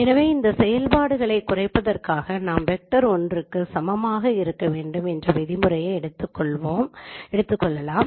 எனவே இந்த செயல்பாடுகளை குறைப்பதற்காக நாம் வெக்டர் 1 க்கு சமமாக இருக்க வேண்டும் என்ற விதிமுறையை எடுத்துக்கொள்ளலாம்